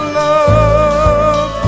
love